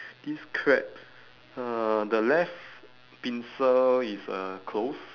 this crab uh the left pincer is uh close